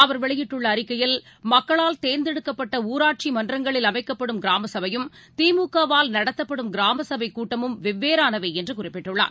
அவர் வெளியிட்டுள்ள அறிக்கையில் மக்களால் தேர்ந்தெடுக்கப்பட்ட ஊராட்சி மன்றங்களில் அமைக்கப்படும் கிராம சபையும் திமுகவால் நடத்தப்படும் கிராம சபை கூட்டமும் வெவ்வேறானவை என்று குறிப்பிட்டுள்ளார்